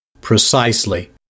Precisely